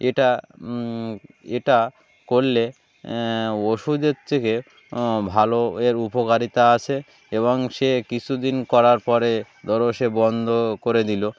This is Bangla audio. এটা এটা করলে ওষুধের থেকে ভালো এর উপকারিতা আছে এবং সে কিছুদিন করার পরে ধরো সে বন্ধ করে দিলো